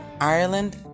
Ireland